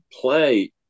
play